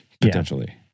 Potentially